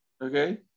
Okay